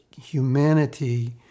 humanity